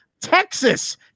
Texas